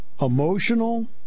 emotional